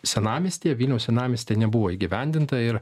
senamiestyje vilniaus senamiestyje nebuvo įgyvendinta ir